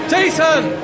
Jason